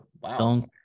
Wow